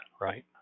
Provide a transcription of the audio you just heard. right